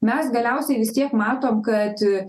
mes galiausiai vis tiek matom kad